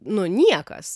nu niekas